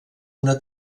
una